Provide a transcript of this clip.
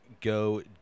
go